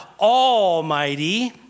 Almighty